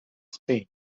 spain